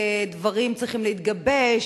דברים צריכים להתגבש,